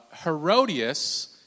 Herodias